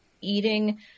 eating